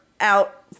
out